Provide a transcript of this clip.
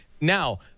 Now